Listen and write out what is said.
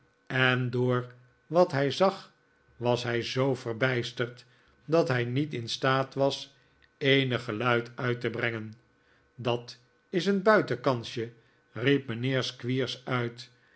en door wat hij zag was hij zoo verbijsterd dat hij niet in staat was eenig geluid uit te brengen dat is een buitenkansje riep mijnheer squeers uit